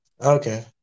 Okay